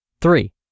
Three